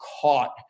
caught